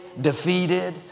defeated